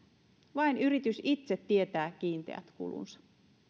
vain yritys itse tietää kiinteät kulunsa